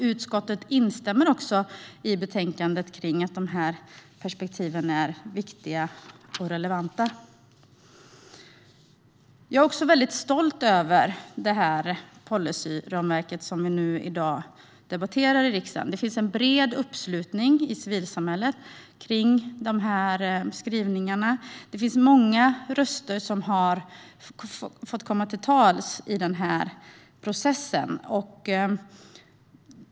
Utskottet instämmer också i betänkandet i att dessa perspektiv är viktiga och relevanta. Jag är stolt över det policyramverk som vi i dag debatterar i riksdagen. Det finns en bred uppslutning i civilsamhället kring skrivningarna i det. Det är många som har fått komma till tals i processen.